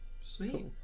Sweet